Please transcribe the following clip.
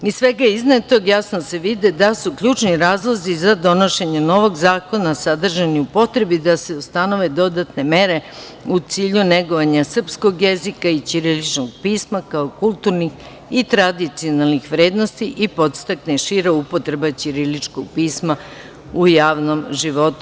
Iz svega iznetog, jasno se vidi da su ključni razlozi za donošenje novog zakona sadržani u potrebi da se ustanove dodatne mere u cilju negovanja srpskog jezika i ćiriličnog pisma kao kulturnih i tradicionalnih vrednosti i podstakne šira upotreba ćiriličkog pisma u javnom životu.